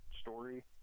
story